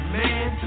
man